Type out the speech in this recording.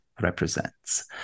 represents